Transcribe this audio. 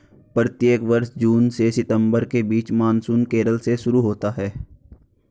प्रत्येक वर्ष जून से सितंबर के बीच मानसून केरल से शुरू होता है